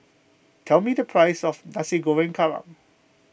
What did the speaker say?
tell me the price of Nasi Goreng Kerang